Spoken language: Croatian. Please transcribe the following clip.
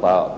pa